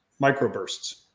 microbursts